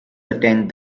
attend